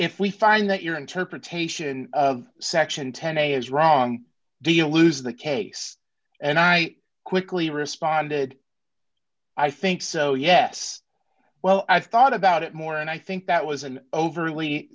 if we find that your interpretation of section ten a is wrong do you lose the case and i quickly responded i think so yes well i thought about it more and i think that was an overly